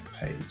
page